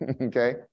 okay